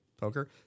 poker